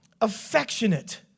affectionate